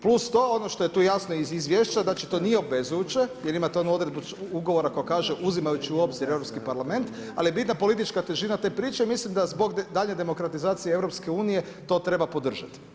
Plus to, ono što je tu jasno iz izvješća, znači, to nije obvezujuće jer imate onu odredbu ugovora koja kaže, uzimajući u obzir europski parlament, ali je bitna politička težina te priče i mislim da zbog daljnje demokratizacije EU to treba podržati.